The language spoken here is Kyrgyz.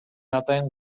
атайын